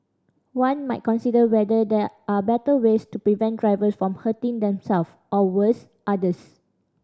one might consider whether there are better ways to prevent drivers from hurting themselves or worse others